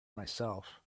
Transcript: myself